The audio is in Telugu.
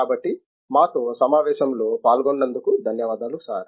కాబట్టి మాతో సమావేశంలో పాల్గొన్నందుకు ధన్యవాదాలు సార్